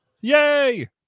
Yay